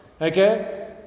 Okay